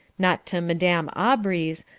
not to madame aubrey's,